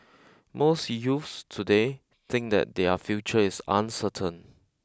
most youths today think that their future is uncertain